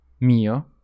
Mio